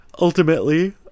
ultimately